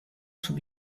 sub